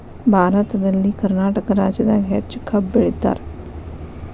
ಭಾರತದಲ್ಲಿ ಕರ್ನಾಟಕ ರಾಜ್ಯದಾಗ ಹೆಚ್ಚ ಕಬ್ಬ್ ಬೆಳಿತಾರ